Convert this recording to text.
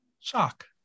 shock